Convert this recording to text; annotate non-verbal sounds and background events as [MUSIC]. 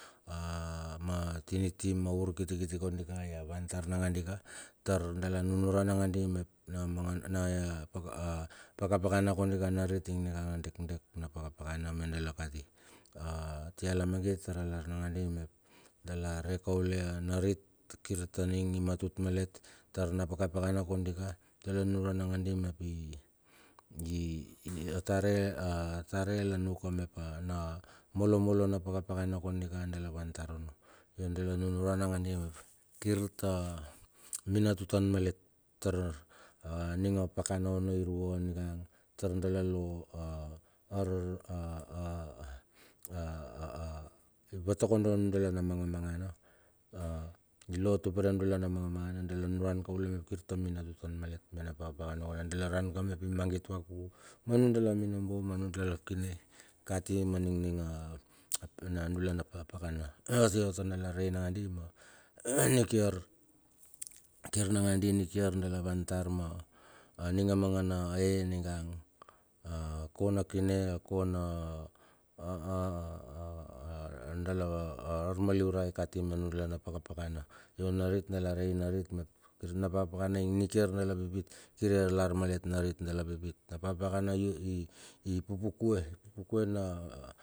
[HESITATION] ma tiniti ma urkitikiti kondi ka ya van tar nangandika, tar dala nunuran nangandi mep, na maga [HESITATION] pakapakana kondika narit ing manga dekdek [NOISE] na pakapakana me dala kati. Atia lamangit tar alar nangandi mep, dala re kaule narit kir ta ning imatut malet tar na pakapakana kondika, dala nunuran nangandi mep. [HESITATION] A tare a tare la nuk ka mep a na molomolo na pakapakana kondika dala van tar onno. Kir dala nunuran nangadi kir ta minatutan malet, tar aning a dakana ono irua ninga tar dala lo [HESITATION] watakodo nun dala na manga mangana ilotupare anun dala na mangan manana dala nunguran kaule kirta minatutan malet tar a ning a pakana onno irua ningang tar dala lo [HESITATION] ivatakondo nudala na magamagana i lo tupere nudala na magamagana dala nunuran kaule mep kir ta minatutan malet mena pakapakana kondika dala ran ka mep i magit vakuku. Ma nudala minobo ma nun dala kine kati ma ning, ning [UNINTELLIGIBLE] nundala na pakapakana. A tia iot tar dala rei nangandi ma [NOISE] nikiar nangandi nikiar dala van tar ma aninga mangane he ningang akona kine akona [HESITATION] dala armaliurai kati ma nudala na pakapakana yo narit dala rei narit mep kir pakapakana ing nikiar dala pipit kiri arlar malet narit dala pipit na pakapakana i i ipupukue ipupukue na.